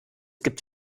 gibt